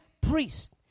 priest